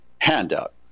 handout